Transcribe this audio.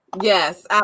Yes